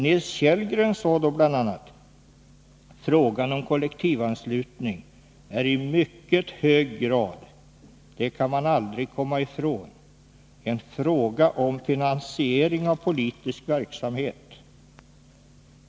Nils Kellgren sade då bl.a.: ”Frågan om kollektivanslutning är i mycket hög grad — det kan man aldrig komma ifrån — en fråga om finansiering av politisk verksamhet.